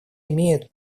имеет